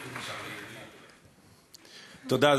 תודה,